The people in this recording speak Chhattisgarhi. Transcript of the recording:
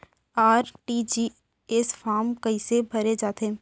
आर.टी.जी.एस फार्म कइसे भरे जाथे?